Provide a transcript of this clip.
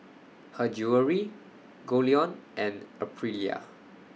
Her Jewellery Goldlion and Aprilia